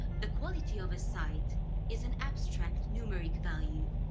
the quality of a site is an abstract numeric value.